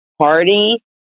party